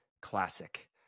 classic